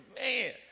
man